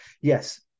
Yes